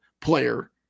player